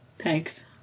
Thanks